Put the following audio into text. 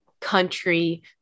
country